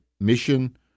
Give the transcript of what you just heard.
mission